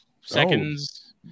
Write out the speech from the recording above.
seconds